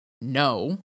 no